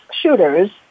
shooters